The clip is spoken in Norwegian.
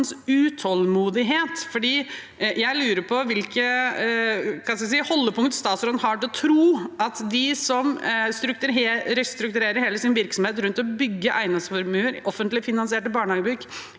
utålmodighet, for jeg lurer på hvilke holdepunkt statsråden har for å tro at de som restrukturerer hele sin virksomhet rundt å bygge eiendomsformuer med offentlig finansierte barnehagebygg,